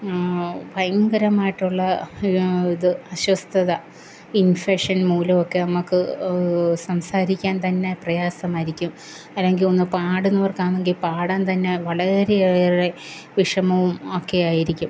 ഭയങ്കരമായിട്ടുള്ള ഒരു ഇത് അസ്വസ്ഥത ഇൻഫെക്ഷൻ മൂലമൊക്കെ നമുക്ക് സംസാരിക്കാൻ തന്നെ പ്രയാസമായിരിക്കും അല്ലെങ്കിൽ ഒന്ന് പാടുന്നവർക്കാണെങ്കിൽ പാടാൻ തന്നെ വളരെയേറെ വിഷമവും ഒക്കെയായിരിക്കും